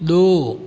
दो